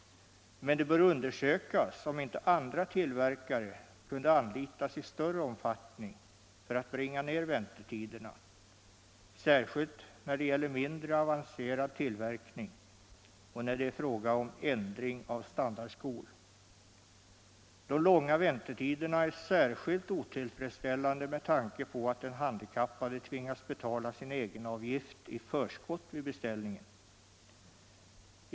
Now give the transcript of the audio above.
Men det bör undersökas om inte andra tillverkare kunde anlitas i större omfattning för att bringa ned väntetiderna — särskilt när det gäller mindre avancerad tillverkning och när det är fråga om ändring av standardskor. De långa väntetiderna är speciellt otillfredsställande med tanke på att den handikappade tvingas betala sin egenavgift i förskott vid beställningen.